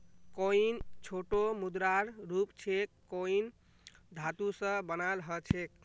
coin छोटो मुद्रार रूप छेक कॉइन धातु स बनाल ह छेक